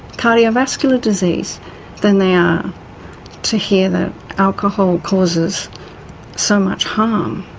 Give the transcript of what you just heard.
cardiovascular disease than they are to hear that alcohol causes so much harm.